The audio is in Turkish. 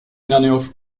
inanıyor